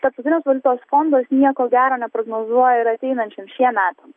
tarptautinis valiutos fondas nieko gero neprognozuoja ir ateinančiem šiem metam